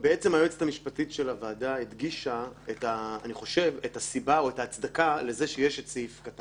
הוא שואל את עצמו למה הוא נכנס וכל זה כי במקרה הוא נסע וראה